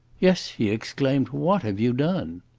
yes, he exclaimed, what have you done?